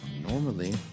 Normally